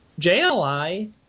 JLI